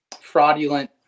Fraudulent